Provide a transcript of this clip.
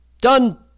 done